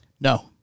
No